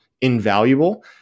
invaluable